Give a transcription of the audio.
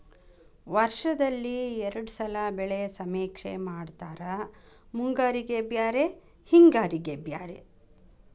ವರ್ಷದಲ್ಲಿ ಎರ್ಡ್ ಸಲಾ ಬೆಳೆ ಸಮೇಕ್ಷೆ ಮಾಡತಾರ ಮುಂಗಾರಿಗೆ ಬ್ಯಾರೆ ಹಿಂಗಾರಿಗೆ ಬ್ಯಾರೆ